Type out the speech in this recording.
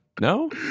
No